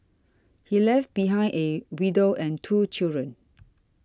he left behind a widow and two children